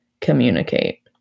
communicate